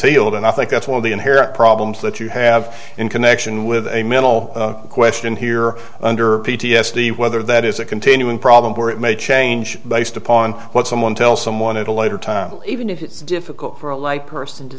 healed and i think that's one of the inherent problems that you have in connection with a mental question here under p t s d whether that is a continuing problem where it may change based upon what someone tells someone at a later time even if it's difficult for a light person to